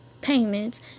payments